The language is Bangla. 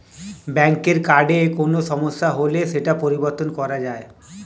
ব্যাঙ্কের কার্ডে কোনো সমস্যা হলে সেটা পরিবর্তন করা যায়